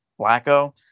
Blacko